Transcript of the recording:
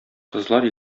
кызлар